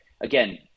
again